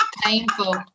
Painful